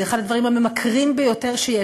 זה אחד הדברים הממכרים ביותר שיש.